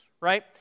right